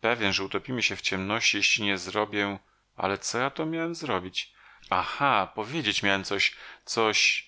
pewien że utopimy się w ciemności jeśli nie zrobię ale co ja to miałem zrobić aha powiedzieć miałem coś coś